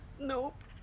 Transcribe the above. Nope